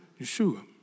Yeshua